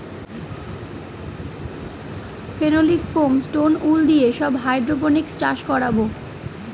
phenolic foam, stone wool দিয়ে সব hydroponics চাষ করাবো